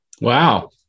wow